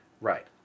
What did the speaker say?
Right